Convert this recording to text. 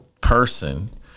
person